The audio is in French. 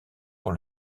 pour